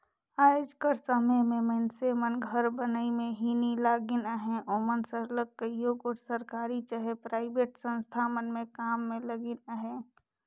आएज कर समे में मइनसे मन घर बनई में ही नी लगिन अहें ओमन सरलग कइयो गोट सरकारी चहे पराइबेट संस्था मन में काम में लगिन अहें